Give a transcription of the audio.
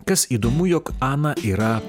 kas įdomu jog ana yra